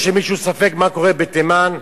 יש למישהו ספק מה קורה בתימן?